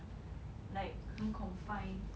like 很 confined